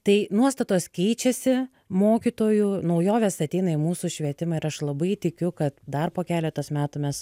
tai nuostatos keičiasi mokytojų naujovės ateina į mūsų švietimą ir aš labai tikiu kad dar po keletos metų mes